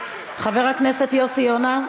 חבר הכנסת יוסי יונה,